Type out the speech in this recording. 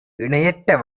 இணையற்ற